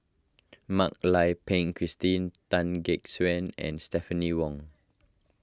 Mak Lai Peng Christine Tan Gek Suan and Stephanie Wong